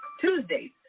Tuesdays